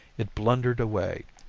it blundered away.